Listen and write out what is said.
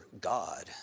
God